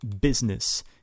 business